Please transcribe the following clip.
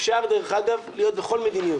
אפשר, דרך אגב, להיות בכל מדיניות.